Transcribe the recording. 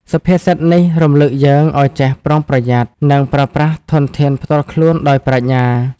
សុភាសិតនេះរំលឹកយើងឲ្យចេះប្រុងប្រយ័ត្ន និងប្រើប្រាស់ធនធានផ្ទាល់ខ្លួនដោយប្រាជ្ញា។